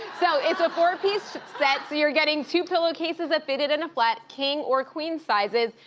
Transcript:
so it's a four-piece set, so you're getting two pillowcases ah fitted in a flat, king, or queen sizes.